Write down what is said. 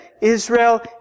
Israel